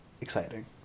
exciting